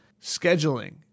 scheduling